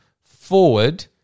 forward